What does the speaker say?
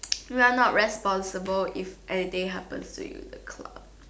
you're not responsible if everyday happens to you in the club